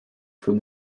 from